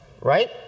right